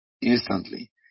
instantly